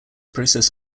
process